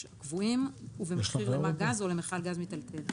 ואני תוך יום גם משחרר את הפיקוק הזה.